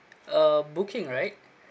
uh booking right